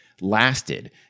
lasted